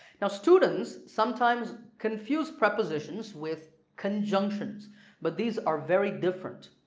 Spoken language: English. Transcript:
now students sometimes confuse prepositions with conjunctions but these are very different.